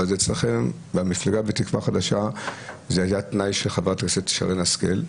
אבל אצלכם במפלגה בתקווה חדשה זה היה תנאי של חברת הכנסת שרן השכל.